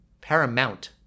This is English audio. Paramount